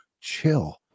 chill